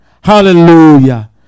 hallelujah